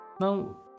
Now